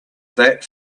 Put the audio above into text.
that